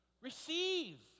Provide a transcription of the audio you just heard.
Receive